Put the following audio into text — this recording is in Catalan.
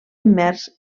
immers